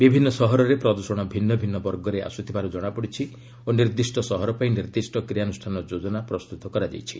ବିଭିନ୍ନ ସହରରେ ପ୍ରଦୃଷଣ ଭିନ୍ନ ଭିନ୍ନ ବର୍ଗରେ ଆସୁଥିବାର ଜଣାପଡିଛି ଓ ନିର୍ଦ୍ଧିଷ୍ଟ ସହର ପାଇଁ ନିର୍ଦ୍ଧିଷ୍ଟ କ୍ରିୟାନୁଷ୍ଠାନ ଯୋଜନା ପ୍ରସ୍ତୁତ କରାଯାଇଛି